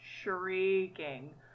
shrieking